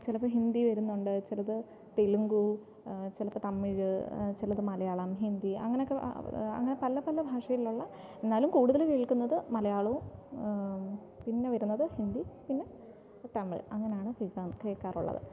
ചിലപ്പോൾ ഹിന്ദി വരുന്നുണ്ട് ചിലത് തെലുങ്ക് ചിലപ്പോൾ തമിഴ് ചിലത് മലയാളം ഹിന്ദി അങ്ങനെയൊക്കെ അങ്ങനെ പല പല ഭാഷയിലുള്ള എന്നാലും കൂടുതൽ കേൾക്കുന്നത് മലയാളവും പിന്നെ വരുന്നത് ഹിന്ദി പിന്നെ തമിഴ് അങ്ങനെയാണ് കേക്കാ കേൾക്കാറുള്ളത്